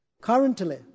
Currently